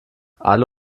alle